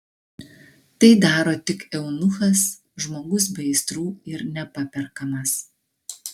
tai daro tik eunuchas žmogus be aistrų ir nepaperkamas